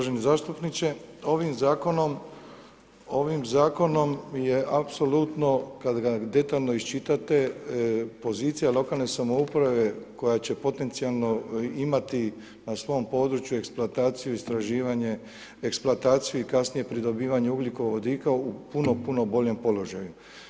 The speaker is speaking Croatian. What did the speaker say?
Uvaženi zastupniče, ovim zakonom je apsolutno kad ga detaljno iščitate pozicija lokalne samouprave koja će potencijalno imati na svom području eksploataciju, istraživanje, eksploataciju i kasnije pridobivanje ugljikovodika u puno, puno boljem položaju.